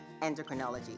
endocrinology